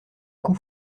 coup